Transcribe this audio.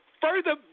Further